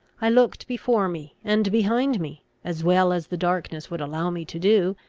i looked before me and behind me, as well as the darkness would allow me to do,